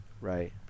Right